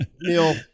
Neil